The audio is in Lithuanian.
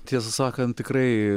tiesą sakant tikrai